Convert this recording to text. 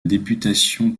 députation